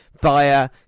via